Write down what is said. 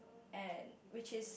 and which is